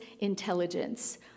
intelligence